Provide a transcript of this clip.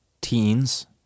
teens